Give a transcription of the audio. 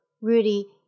Rudy